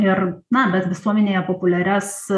ir na bet visuomenėje populiarias